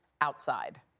outside